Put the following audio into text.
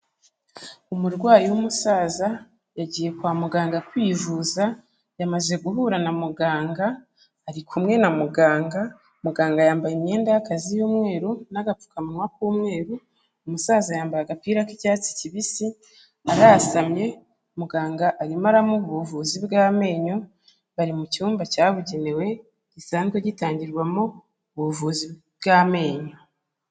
Umurwayi w'umusaza yagiye kwa muganga kwivuza, yamaze guhura na muganga, ari kumwe na muganga, muganga yambaye imyenda y'akazi y'umweru n'agapfukamunwa k'umweru, umusaza yambaye agapira k'icyatsi kibisi, arasamye, muganga arimo aramuha ubuvuzi bw'amenyo, bari mu cyumba cyabugenewe gisanzwe gitangirwamo ubuvuzi bw'amenyo.